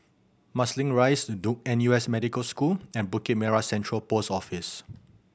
Marsiling Rise Duke N U S Medical School and Bukit Merah Central Post Office